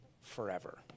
forever